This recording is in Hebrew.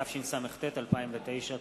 התשס”ט 2009. תודה.